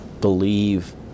believe